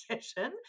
session